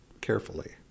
carefully